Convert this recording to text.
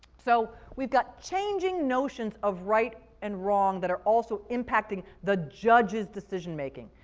so we've got changing notions of right and wrong that are also impacting the judge's decision making.